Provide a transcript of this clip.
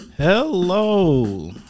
hello